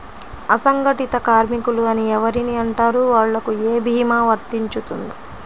అసంగటిత కార్మికులు అని ఎవరిని అంటారు? వాళ్లకు ఏ భీమా వర్తించుతుంది?